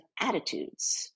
attitudes